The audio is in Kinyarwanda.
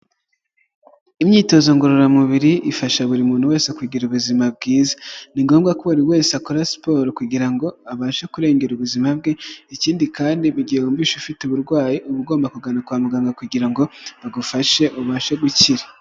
Imyitozo ngororamubiri ifasha buri muntu wese kugira ubuzima bwiza, ni ngombwa ko buri wese akora siporo kugira ngo abashe kurengera ubuzima bwe, ikindi kandi mu gihe wumbishe ufite uburwayi uba ugomba kugana kwa muganga kugira ngo bagufashe ubashe gukira.